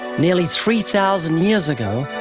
nearly three thousand years ago,